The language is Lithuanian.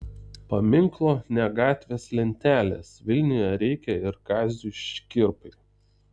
paminklo ne gatvės lentelės vilniuje reikia ir kaziui škirpai